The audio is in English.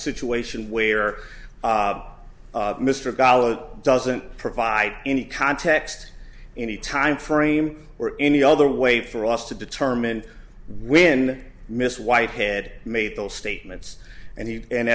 situation where mr gallo doesn't provide any context any time frame or any other way for us to determine when miss whitehead made those statements and he and